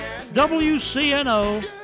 WCNO